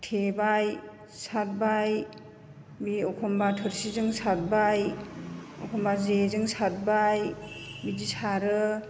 थेबाय सारबाय बे एखमब्ला थोरसिजों सारबाय एखमब्ला जेजों सारबाय बिदि सारो